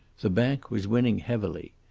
the bank was winning heavily.